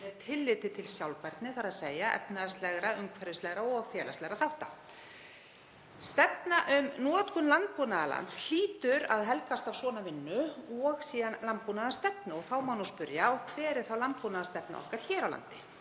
tilliti til sjálfbærni, þ.e. efnahagslegra, umhverfislegra og félagslegra þátta. Stefna um notkun landbúnaðarlands hlýtur að helgast af slíkri vinnu og síðan landbúnaðarstefnu. Þá má spyrja: Hver er landbúnaðarstefna okkar hér á landi?